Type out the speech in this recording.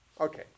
Okay